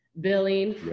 billing